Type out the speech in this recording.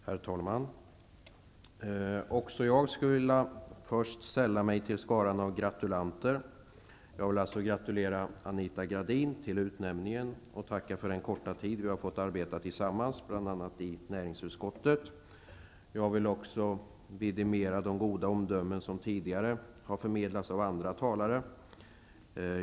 Herr talman! Också jag vill sälla mig till skaran av gratulanter. Jag vill alltså gratulera Anita Gradin till utnämningen och tacka för den korta tid vi har fått arbeta tillsammans bl.a. i näringsutskottet. Jag vill också vidimera de goda omdömen som tidigare har förmedlats av andra talare.